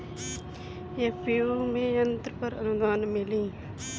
FPO में यंत्र पर आनुदान मिँली?